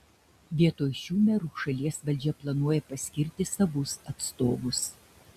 vietoj šių merų šalies valdžia planuoja paskirti savus atstovus